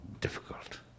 difficult